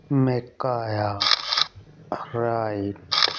mckay wright